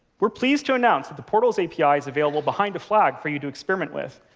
we're pleased to announce that the portals api is available behind a flag for you to experiment with,